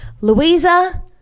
Louisa